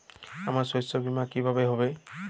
আমার শস্য বীমা কিভাবে হবে?